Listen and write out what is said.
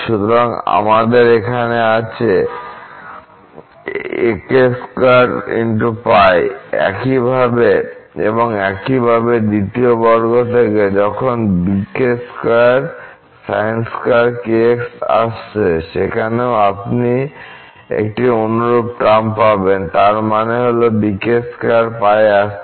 সুতরাং আমাদের এখানে আছে এবং একইভাবে দ্বিতীয় বর্গ থেকে যখন আসছে সেখানেও আপনি একটি অনুরূপ টার্ম পাবেন তার মানে হল আসছে